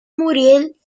muriel